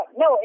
no